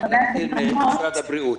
משרד הבריאות.